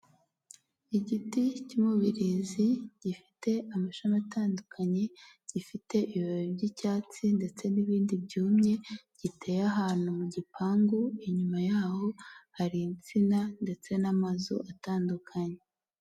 Igiti cy'umubirizi gifite amashami atandukanye, gifite ibibabi by'icyatsi ndetse n'ibindi byumye giteye ahantu mu gipangu, inyuma yaho hari insina ndetse n'amazu atandukanye.